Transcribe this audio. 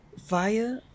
via